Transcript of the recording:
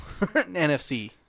NFC